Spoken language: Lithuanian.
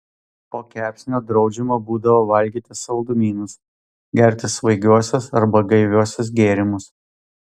po kepsnio draudžiama būdavo valgyti saldumynus gerti svaigiuosius arba gaiviuosius gėrimus